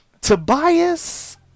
Tobias